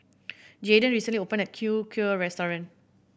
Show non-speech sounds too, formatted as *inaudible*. Jaydin recently opened a *unintelligible* Kheer restaurant